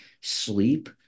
sleep